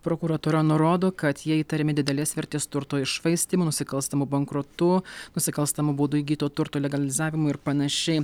prokuratūra nurodo kad jie įtariami didelės vertės turto iššvaistymu nusikalstamu bankrotu nusikalstamu būdu įgyto turto legalizavimu ir panašiai